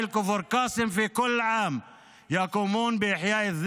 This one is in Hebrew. (אומר דברים בשפה הערבית, להלן תרגומם:)